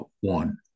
one